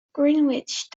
greenwich